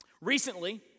Recently